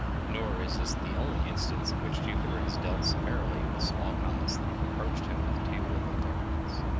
nor is this the only instance in which jupiter has dealt summarily with small comets that have approached him with too little deference.